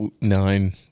nine